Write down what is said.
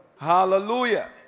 Hallelujah